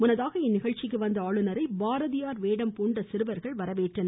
முன்னதாக இந்நிகழ்ச்சிக்கு வந்த ஆளுநரை பாரதியார் வேடம் பூண்ட சிறுவர்கள் வரவேற்றனர்